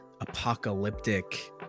apocalyptic